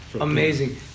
Amazing